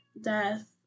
death